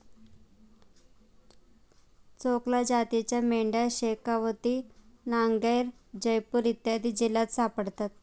चोकला जातीच्या मेंढ्या शेखावती, नागैर, जयपूर इत्यादी जिल्ह्यांत सापडतात